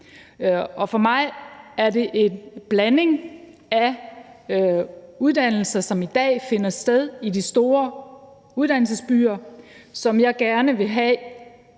For mig er det en blanding af uddannelser, som i dag findes i de store uddannelsesbyer, hvor jeg vil gerne have,